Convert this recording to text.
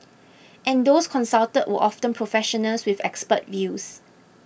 but those consulted were often professionals with expert views